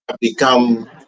become